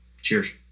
cheers